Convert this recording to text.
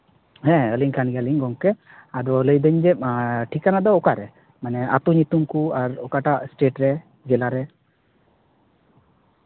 ᱦᱮᱸ ᱟᱹᱞᱤ ᱠᱟᱱ ᱜᱮ ᱟᱞᱤᱧ ᱜᱚᱝᱠᱮ ᱟᱫᱚ ᱞᱟᱹᱭᱫᱟᱹᱧ ᱡᱮ ᱴᱷᱤᱠᱟᱹᱱᱟ ᱫᱚ ᱚᱠᱟᱨᱮ ᱢᱟᱱᱮ ᱟᱹᱛᱩ ᱧᱩᱛᱩᱢ ᱠᱚ ᱟᱨ ᱚᱠᱟᱴᱟᱜ ᱮᱥᱴᱮᱴ ᱨᱮ ᱡᱮᱞᱟ ᱨᱮ